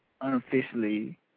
unofficially